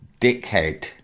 Dickhead